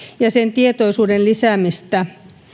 ja tietoisuuden lisäämistä